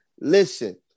listen